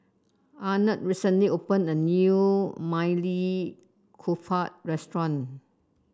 Arnett recently opened a new Maili Kofta Restaurant